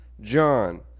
John